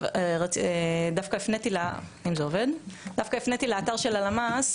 דווקא הפניתי לאתר של הלמ"ס,